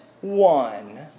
one